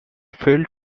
failed